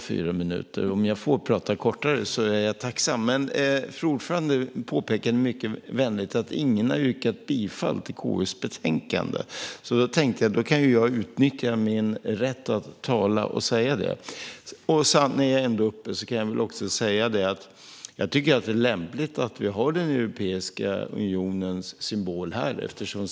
Fru talman! Det påpekades mycket vänligt att ingen har yrkat bifall till förslaget i KU:s betänkande. Jag tänker därför att jag kan utnyttja min rätt att tala och göra det. När jag ändå står här i talarstolen kan jag också säga att jag tycker att det är lämpligt att vi har Europeiska unionens symbol här i kammaren.